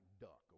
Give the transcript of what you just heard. duck